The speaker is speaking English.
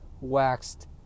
waxed